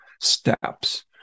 steps